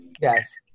Yes